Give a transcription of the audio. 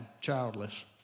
childless